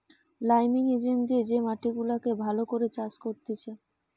liming agent দিয়ে যে মাটি গুলাকে ভালো করে চাষ করতিছে